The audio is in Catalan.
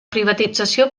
privatització